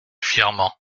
fièrement